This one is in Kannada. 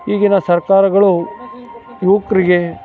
ಈಗಿನ ಸರ್ಕಾರಗಳು ಯುವಕ್ರಿಗೆ